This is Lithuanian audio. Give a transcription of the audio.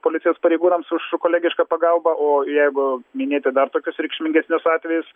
policijos pareigūnams už kolegišką pagalbą o jeigu minėti dar tokius reikšmingesnius atvejus